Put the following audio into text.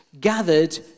gathered